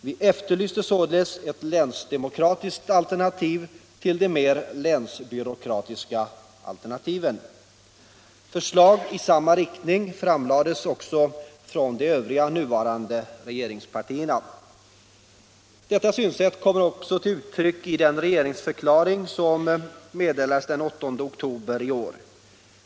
Vi efterlyste således ett ”länsdemokratiskt” alternativ till de mer ”länsbyråkratiska” alternativen. Förslag i samma riktning framlades också från de övriga nuvarande regeringspartierna. Detta synsätt kommer till uttryck även i regeringsförklaringen den 8 oktober i år.